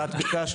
ביקשת